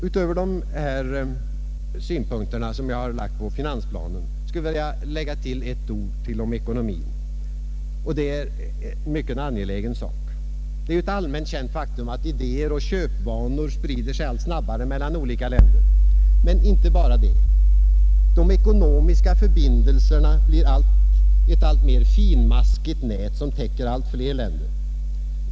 Utöver dessa synpunkter som jag nu har lagt på finansplanen skulle jag vilja tillägga ännu några ord om ekonomin, och det gäller en mycket angelägen sak. Det är ju ett allmänt känt faktum att idéer och köpvanor sprider sig allt snabbare mellan de olika länderna. Men inte bara det. De ekonomiska förbindelserna blir ett alltmer finmaskigt nät, som täcker allt fler länder.